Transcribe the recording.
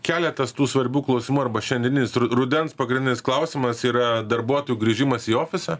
keletas tų svarbių klausimų arba šiandieninis rudens pagrindinis klausimas yra darbuotojų grįžimas į ofisą